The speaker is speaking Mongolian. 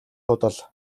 худал